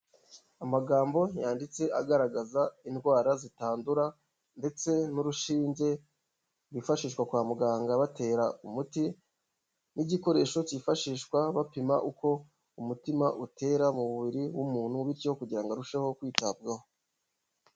Amagambo yanditse agaragaza indwara zitandura ndetse n'urushinge rwifashishwa kwa muganga batera umuti n'igikoresho cyifashishwa bapima uko umutima utera mu mubiri w'umuntu, bityo kugira ngo arusheho kwitabwaho.